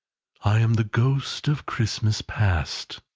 i am the ghost of christmas past.